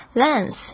lens